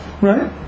right